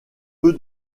peu